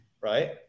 right